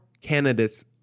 candidates